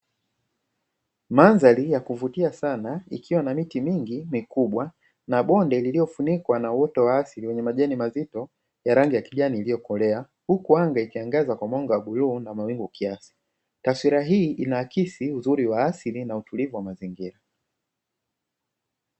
Mandhari ya kuvutia sana ikiwa na miti mingi mikubwa na bonde lililofunikwa na uoto wa asili wenye majani mazito ya rangi ya kijani iliyokolea, huku anga ikiangaza kwa mwanga wa bluu na mawingu kiasi. Taswira hii inaakisi uzuri wa asili na utulivu wa mazingira.